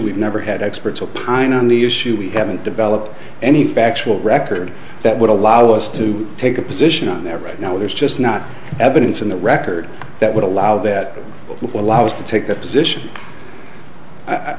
we've never had experts opine on the issue we haven't developed any factual record that would allow us to take a position on that right now there's just not evidence in the record that would allow that allow us to take that position i